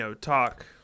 talk